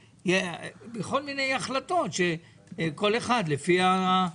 מיני החלטות לפי סדרי העדיפויות שלו?